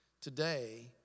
today